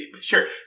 sure